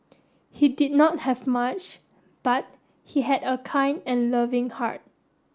he did not have much but he had a kind and loving heart